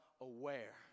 aware